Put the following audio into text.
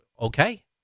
okay